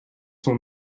sont